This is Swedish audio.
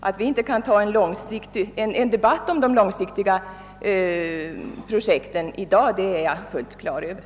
Att vi inte i dag kan ta en debatt om de långsiktiga projekten är jag fullt på det klara med.